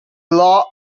law